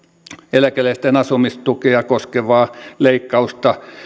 eläkeläisten asumistukea koskevaa leikkausta